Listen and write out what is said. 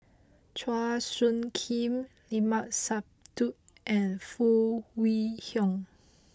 Chua Soo Khim Limat Sabtu and Foo Kwee Horng